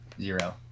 zero